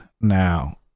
now